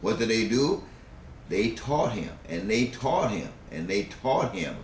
what they do they taught him and they taught him and they taught him